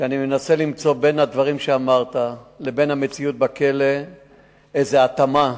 שאני מנסה למצוא בין הדברים שאמרת לבין המציאות בכלא איזו התאמה,